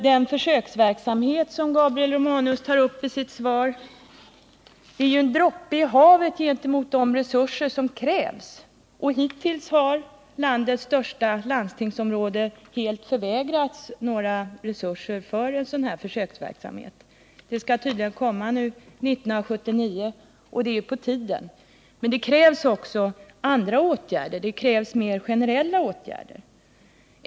Den försöksverksamhet som Gabriel Romanus tar upp i sitt svar är en droppe i havet gentemot de resurser som krävs, och hittills har landets största landstingsområde helt förvägrats resurser till en försöksverksamhet. 1979 skall tydligen en sådan komma, och det är på tiden. Men det krävs också andra, mer generella åtgärder.